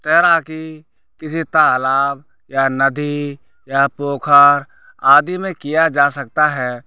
तैराकी किसी तालाब या नदी या पोखर आदि में किया जा सकता है